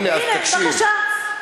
הנה, בבקשה.